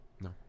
No